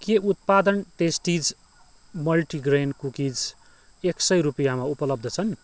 के उत्पादन tasties multigrain cookies एक सय रुपियाँमा उपलब्ध छन्